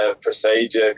procedure